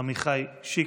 עמיחי שיקלי,